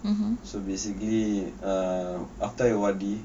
so basically err after I O_R_D